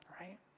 right